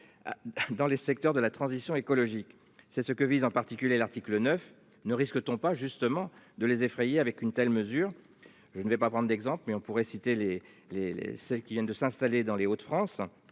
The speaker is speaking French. Dans les secteurs de la transition écologique, c'est ce que vise en particulier l'article 9 ne risque-t-on pas justement de les effrayer. Avec une telle mesure. Je ne vais pas prendre l'exemple mais on pourrait citer les les les celles qui viennent de s'installer dans les Hauts-de-France.